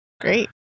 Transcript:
Great